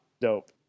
dope